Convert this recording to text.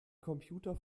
computer